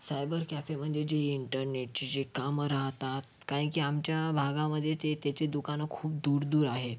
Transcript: cyber cafe म्हणजे जे इंटरनेटचे जे कामं राहतात काय आहे की आमच्या भागामध्ये ते त्याचे दुकानं खूप दूर दूर आहेत